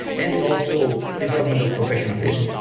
and also development of professionalism,